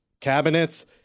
cabinets